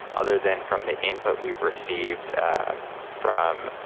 other than from the input we've received and from